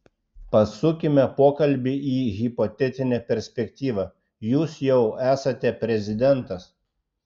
pasukime pokalbį į hipotetinę perspektyvą jūs jau esate prezidentas